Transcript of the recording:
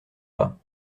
pas